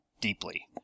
deeply